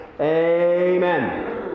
Amen